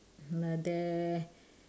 I'm not there